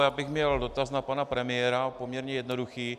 Já bych měl dotaz na pana premiéra, poměrně jednoduchý.